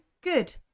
good